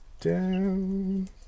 down